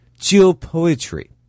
geopoetry